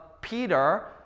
Peter